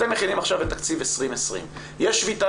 אתם מכינים עכשיו את תקציב 2020. יש שביתה